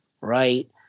right